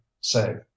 save